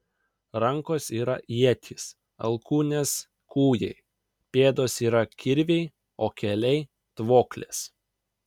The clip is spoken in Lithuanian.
rankos yra ietys alkūnės kūjai pėdos yra kirviai o keliai tvoklės